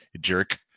Jerk